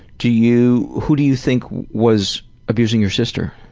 do you who do you think was abusing your sister?